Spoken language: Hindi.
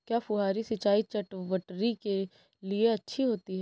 क्या फुहारी सिंचाई चटवटरी के लिए अच्छी होती है?